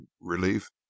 relief